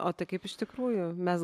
o tai kaip iš tikrųjų mes